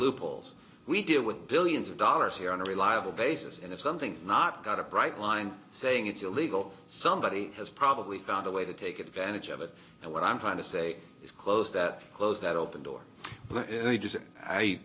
loopholes we deal with billions of dollars here on a reliable basis and if something's not got a bright line saying it's illegal somebody has probably found a way to take advantage of it and what i'm trying to say is close that close that open door and i just i